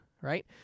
right